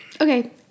Okay